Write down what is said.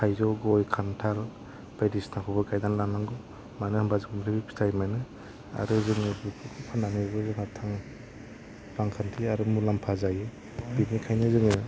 थाइजौ गय खान्थाल बायदिसिनाखौबो गायनानै लानांगौ मानो होनोबा जों बेनिफ्राय फिथाइ मोनो आरो जों बेफोरखौ फाननानैबो रांखान्थियारि मुलाम्फा जायो बेनिखायनो जोङो